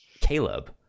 Caleb